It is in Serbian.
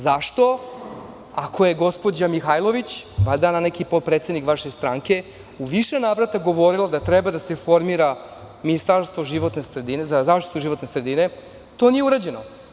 Zašto, ako je gospođa Mihajlović, valjda neki potpredsednik vaše stranke, u više navrata govorila da treba da se formira Ministarstvo životne sredine, za zaštitu životne sredine, to nije urađeno?